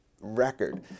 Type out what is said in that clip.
record